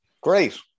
great